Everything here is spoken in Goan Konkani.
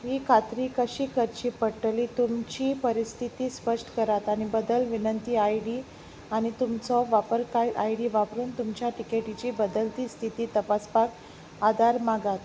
ही खात्री कशी करची पडटली तुमची परिस्थिती स्पश्ट करात आनी बदल विनंती आय डी आनी तुमचो वापरकार आय डी वापरून तुमच्या टिकेटीची बदलती स्थिती तपासपाक आदार मागात